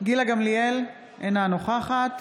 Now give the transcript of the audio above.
גילה גמליאל, אינה נוכחת